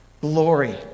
glory